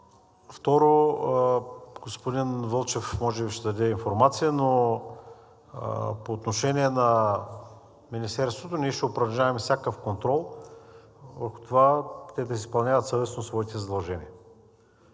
Второ, господин Вълчев може би ще даде информация, но по отношение на Министерството ние ще упражняваме всякакъв контрол върху това те да изпълняват съвестно своите задължения.